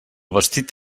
vestit